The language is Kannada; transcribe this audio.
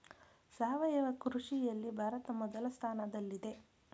ಸಾವಯವ ಕೃಷಿಯಲ್ಲಿ ಭಾರತ ಮೊದಲ ಸ್ಥಾನದಲ್ಲಿದೆ